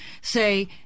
say